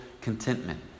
contentment